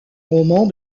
roman